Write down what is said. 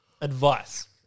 advice